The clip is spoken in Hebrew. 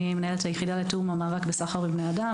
מנהלת היחידה לתיאום המאבק בסחר בבני אדם,